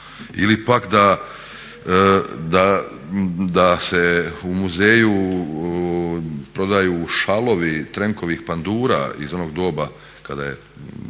Ili pak da se u muzeju prodaju šalovi Trenkovih pandura iz onog doba kada je